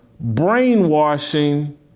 brainwashing